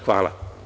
Hvala.